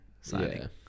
signing